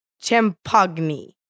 Champagne